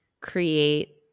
create